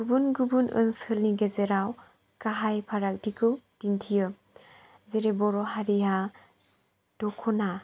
गुबुन गुबुन ओनसोलनि गेजेराव गाहाय फारागथिखौ दिन्थियो जेरै बर' हारिया दख'ना